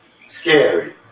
scary